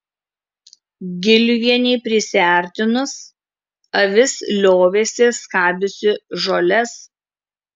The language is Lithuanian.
giliuvienei prisiartinus avis liovėsi skabiusi žoles